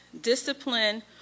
discipline